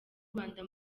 rwanda